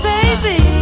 Baby